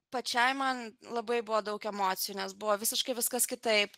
pačiai man labai buvo daug emocijų nes buvo visiškai viskas kitaip